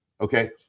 Okay